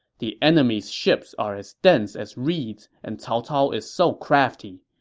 the enemy's ships are as dense as reeds, and cao cao is so crafty.